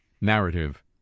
narrative